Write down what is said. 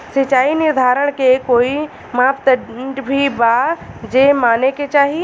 सिचाई निर्धारण के कोई मापदंड भी बा जे माने के चाही?